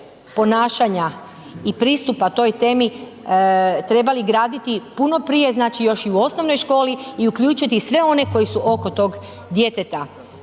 ponašanja i pristupa toj temi trebali graditi puno prije, znači još i u osnovnoj školi i uključiti sve one koji su oko tog djeteta.